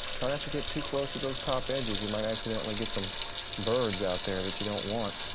try not to get too close to those top edges, you might accidentally get some birds out there that you don't want.